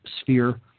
sphere